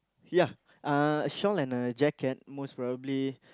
ya uh a shawl and a jacket most probably